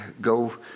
go